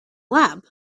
lab